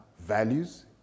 values